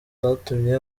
zatumye